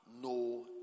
no